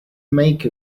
make